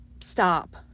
stop